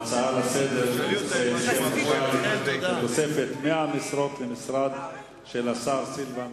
ההצעה לסדר-היום בנושא הסכם חשאי לתוספת 100 משרות למשרד של השר סילבן